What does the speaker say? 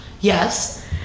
Yes